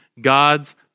God's